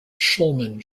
shulman